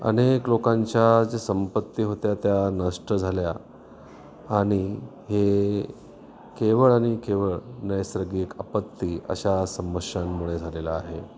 अनेक लोकांच्या ज्या संपत्ती होत्या त्या नष्ट झाल्या आणि हे केवळ आणि केवळ नैसर्गिक आपत्ती अशा समस्यांमुळे झालेलं आहे